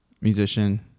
musician